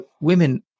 women